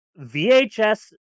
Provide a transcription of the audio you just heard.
VHS